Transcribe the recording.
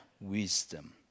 wisdom